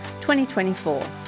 2024